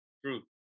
True